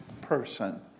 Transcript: person